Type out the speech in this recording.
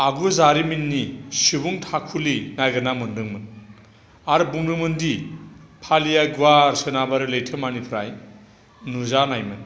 आगु जारिमिननि सुबुं थाखुलि नागिरना मोनदोंमोन आरो बुंदोंमोन दि पालिया गुवार सोनाबारि लैथोमानिफ्राय नुजानायमोन